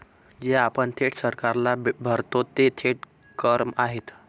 जे आपण थेट सरकारला भरतो ते थेट कर आहेत